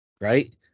right